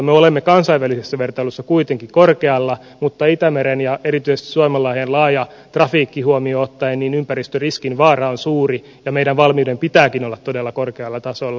me olemme kansainvälisessä vertailussa kuitenkin korkealla mutta itämeren ja erityisesti suomenlahden laaja trafiikki huomioon ottaen ympäristöriskin vaara on suuri ja meidän valmiutemme pitääkin olla todella korkealla tasolla